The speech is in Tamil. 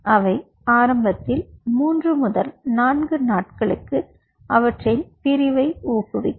அவை ஆரம்பத்தில் 3 4 நாட்களுக்கு அவற்றின் பிரிவை ஊக்குவிக்கும்